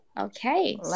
Okay